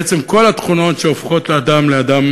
בעצם כל התכונות שהופכות את האדם לאדם